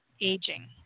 aging